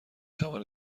توانید